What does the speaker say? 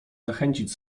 zachęcić